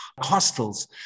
hostels